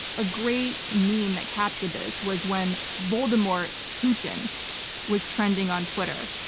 a great meme that captured this was when voldemort putin was trending on twitter.